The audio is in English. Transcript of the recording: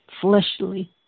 fleshly